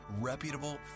reputable